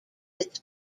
its